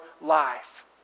life